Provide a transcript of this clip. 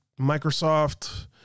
Microsoft